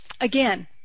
again